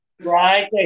Right